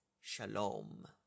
shalom